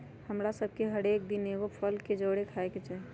हमरा सभके हरेक दिन एगो फल के जरुरे खाय के चाही